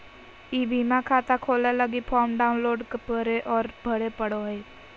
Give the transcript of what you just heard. ई बीमा खाता खोलय लगी फॉर्म डाउनलोड करे औरो भरे पड़ो हइ